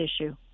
issue